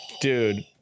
dude